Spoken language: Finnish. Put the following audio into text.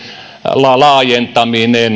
laajentaminen